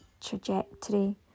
trajectory